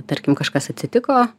tarkim kažkas atsitiko